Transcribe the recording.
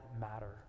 matter